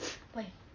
why